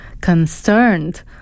concerned